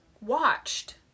watched